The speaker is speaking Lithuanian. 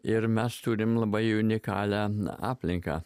ir mes turim labai unikalią aplinką